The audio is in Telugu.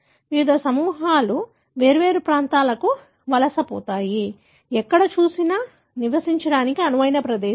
వివిధ సమూహాలు వేర్వేరు ప్రదేశాలకు వలసపోతాయి ఎక్కడ చూసినా నివసించడానికి అనువైన ప్రదేశం